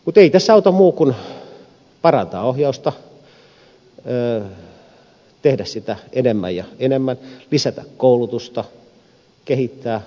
mutta ei tässä auta muu kuin parantaa ohjausta tehdä sitä enemmän ja enemmän lisätä koulutusta kehittää opastaa